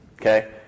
Okay